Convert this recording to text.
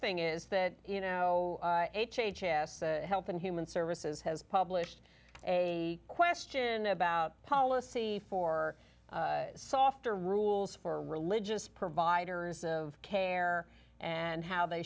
thing is that you know h h s health and human services has published a question about policy for softer rules for religious providers of care and how they